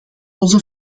onze